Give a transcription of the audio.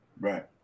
Right